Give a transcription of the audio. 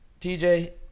TJ